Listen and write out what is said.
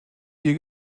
hier